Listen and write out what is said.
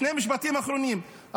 שני משפטים אחרונים,